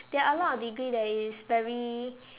there are a lot of degree that is very